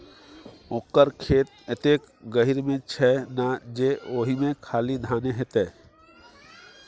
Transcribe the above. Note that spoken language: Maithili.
ओकर खेत एतेक गहीर मे छै ना जे ओहिमे खाली धाने हेतै